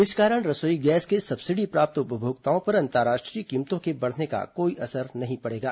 इस कारण रसोई गैस के सब्सिडी प्राप्त उपभोक्ताओं पर अंतर्राष्ट्रीय कीमतों के बढ़ने का कोई असर नहीं पड़ेगा